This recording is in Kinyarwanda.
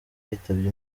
yitabye